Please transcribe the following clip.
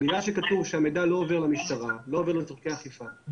בגלל שכתוב שהמידע לא עובר למשטרה לצורכי אכיפה,